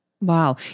Wow